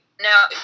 now